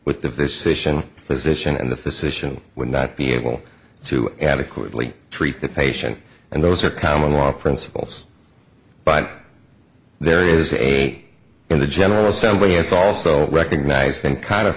with the station physician and the physician would not be able to adequately treat the patient and those are common law principles but there is eight in the general assembly is also recognized in kind of